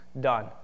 done